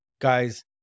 guys